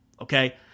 Okay